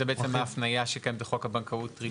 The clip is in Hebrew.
זו ההפניה שקיימת בחוק הבנקאות (רישוי).